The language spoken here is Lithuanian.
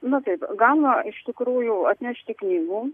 na taip galima iš tikrųjų atnešti knygų